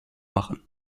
machen